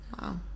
Wow